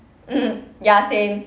mmhmm ya same